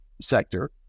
sector